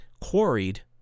quarried